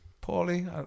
poorly